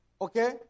Okay